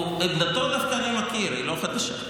את עמדתו אני דווקא מכיר, היא לא חדשה.